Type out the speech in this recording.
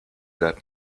that